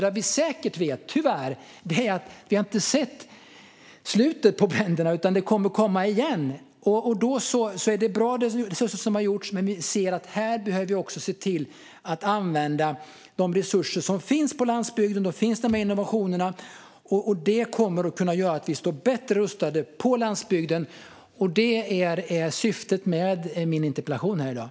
Det vi tyvärr vet säkert är att vi inte har sett slutet på bränderna. De kommer att komma igen. Det som har gjorts är bra. Men vi ser att man behöver använda de resurser som finns på landsbygden. De här innovationerna finns också. Det kommer att göra att landsbygden står bättre rustad. Det är syftet med den interpellation jag har ställt.